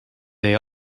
they